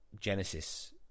genesis